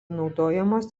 naudojamos